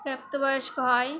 প্রাপ্তবয়স্ক হয়